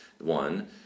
one